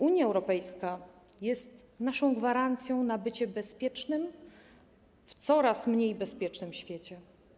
Unia Europejska jest naszą gwarancją na bycie bezpiecznym w coraz mniej bezpiecznym świecie.